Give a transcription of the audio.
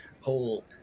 whole